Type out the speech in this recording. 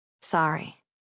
Sorry